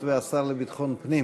לברך אותך ולאחל לך הצלחה בתפקיד.